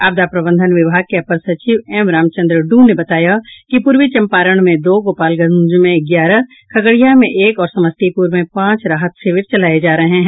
आपदा प्रबंधन विभाग के अपर सचिव एम रामचंद्र डू ने बताया कि पूर्वी चंपारण में दो गोपालगंज में ग्यारह खगड़िया में एक और समस्तीपुर में पांच राहत शिविर चलाये जा रहे हैं